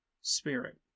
spirit